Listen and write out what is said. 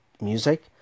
music